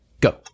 go